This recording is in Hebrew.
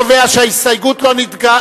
לכן אני קובע שההסתייגות לא נתקבלה,